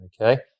okay